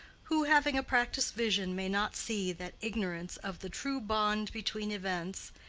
who having a practiced vision may not see that ignorance of the true bond between events,